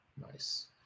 Nice